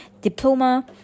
diploma